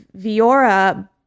Viora